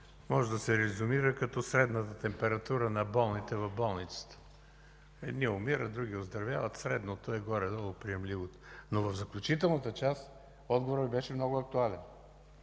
може да се резюмира като средната температура на болните в болницата – едни умират, други оздравяват, средното е горе-долу приемливото, но в заключителната част отговорът Ви беше много актуален.